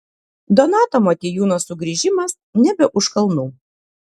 donato motiejūno sugrįžimas nebe už kalnų